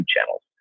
channels